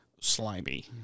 slimy